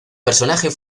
personaje